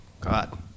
God